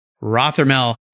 Rothermel